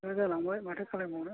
बांबोबाय माथो खालामबावनो